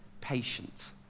patient